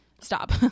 stop